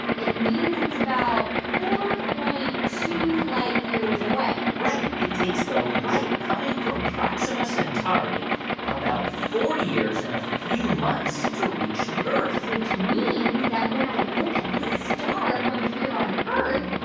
it means it's about four point two light years away right. it takes the light coming from proxima centauri about four years and a few months to reach the earth which means that when i look at the star from here on earth,